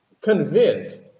convinced